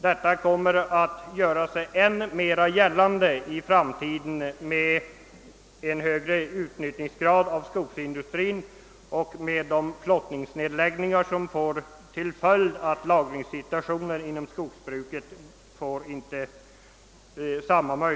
Detta kommer att göra sig än mer gällande i framtiden med en högre utnyttjningsgrad inom skogsindustrin och med flottningsnedläggningar som medför att lagringssituationen inom skogsbruket försämras.